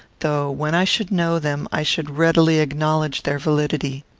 though, when i should know them, i should readily acknowledge their validity.